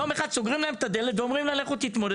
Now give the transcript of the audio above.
יום אחד סוגרים להם את הדלת ואומרים להם: לכו תתמודדו.